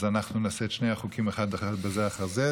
אז אנחנו נעשה את שני החוקים בזה אחר זה,